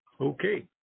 Okay